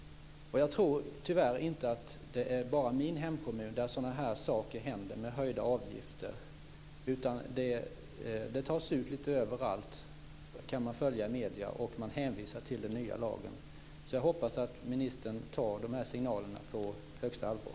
Jag tror tyvärr inte att det är bara i min hemkommun det händer att man får höjda avgifter. Det tas ut lite överallt, kan man följa i medierna, och man hänvisar till den nya lagen. Jag hoppas att ministern tar de här signalerna på högsta allvar.